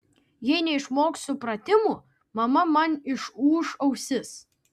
jei neišmoksiu pratimų mama man išūš ausis